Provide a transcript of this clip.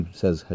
says